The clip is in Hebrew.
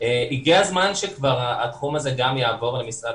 אבל הגיע הזמן שהתחום הזה יעבור למשרד